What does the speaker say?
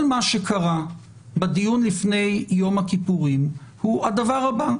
כל מה שקרה בדיון לפני יום הכיפורים הוא הדבר הבא,